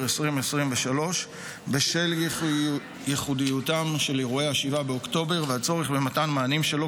2023. בשל ייחודיותם של אירועי 7 באוקטובר והצורך במתן מענים שלא